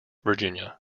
virginia